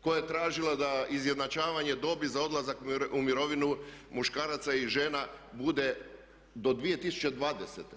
koja je tražila da izjednačavanje dobi za odlazak u mirovinu muškaraca i žena bude do 2020.